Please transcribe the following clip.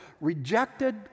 rejected